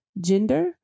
Gender